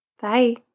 Bye